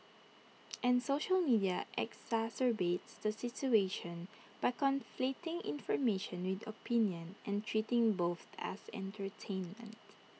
and social media exacerbates the situation by conflating information with opinion and treating both as entertainment